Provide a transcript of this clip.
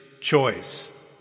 choice